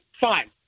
Fine